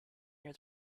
near